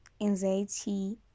anxiety